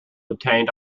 obtained